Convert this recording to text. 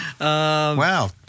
Wow